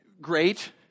great